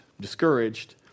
discouraged